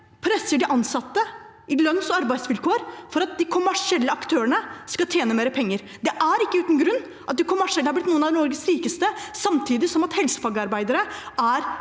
presser de ansatte på lønns- og arbeidsvilkår for at de kommersielle aktørene skal tjene mer penger. Det er ikke uten grunn at de kommersielle har blitt noen av Norges rikeste samtidig som helsefagarbeidere er